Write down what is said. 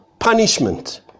Punishment